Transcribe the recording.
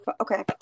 Okay